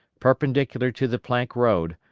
perpendicular to the plank road,